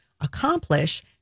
accomplish